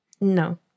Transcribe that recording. No